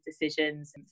decisions